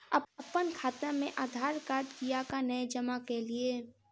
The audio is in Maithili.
अप्पन खाता मे आधारकार्ड कियाक नै जमा केलियै?